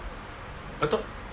I thought